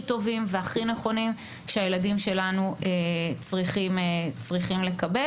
טובים והכי נכונים שהילדים שלנו צריכים לקבל.